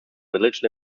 village